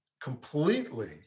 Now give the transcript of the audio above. completely